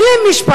אין להם משפחות?